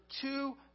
two